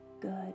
good